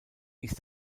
ist